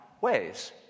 ways